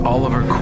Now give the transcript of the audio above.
Oliver